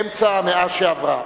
באמצע המאה שעברה.